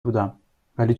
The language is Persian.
بودم، ولی